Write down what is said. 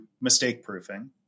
mistake-proofing